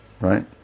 right